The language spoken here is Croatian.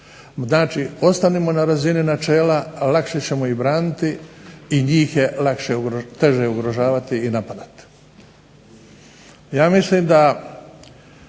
Znači ostanimo na razini načela, lakše ćemo ih braniti, i njih je teže ugrožavati i napadati.